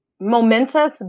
momentous